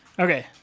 Okay